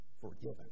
forgiven